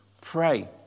pray